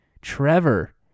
Trevor